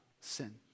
sin